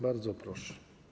Bardzo proszę.